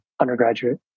undergraduate